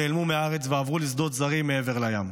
נעלמו מהארץ ועברו לשדות זרים מעבר לים.